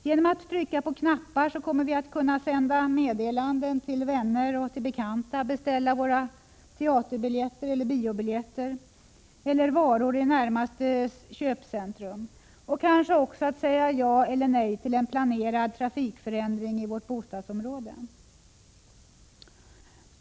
Genom att trycka på knappar kommer vi att kunna sända meddelanden till vänner och bekanta, beställa teatereller biobiljetter, eller varor i närmaste köpcentrum, kanske också säga ja eller nej till en planerad trafikförändring i vårt bostadsområde.